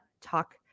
talk